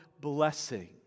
blessing